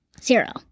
Zero